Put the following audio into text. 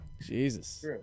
Jesus